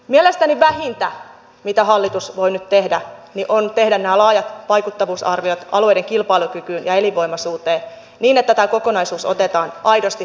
mielestäni vähintä mitä hallitus voi nyt tehdä on tehdä nämä laajat vaikuttavuusarviot alueiden kilpailukykyyn ja elinvoimaisuuteen niin että tämä kokonaisuus otetaan aidosti huomioon